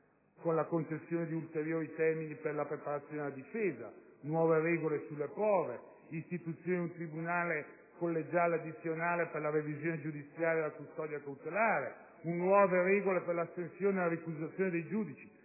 con la concessione di ulteriori termini per la preparazione della difesa, nuove regole sulle prove, istituzione di un tribunale collegiale addizionale per la revisione giudiziaria e la custodia cautelare, nuove regole per l'astensione e la ricusazione dei giudici.